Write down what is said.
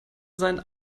seinen